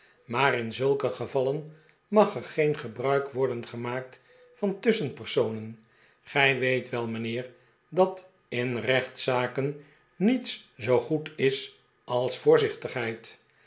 maar in zulke gevallen mag er geen gebruik worden gemaakt van tusschenpersonen gij weet wel mijnheer dat in rechtszaken niets zoo goed is als voorzichtigheid